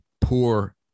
poor